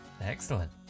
Excellent